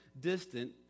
distant